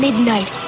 Midnight